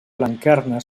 blanquerna